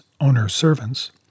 owner-servants